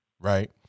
right